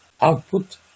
output